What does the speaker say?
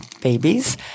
babies